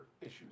issues